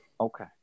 okay